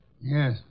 Yes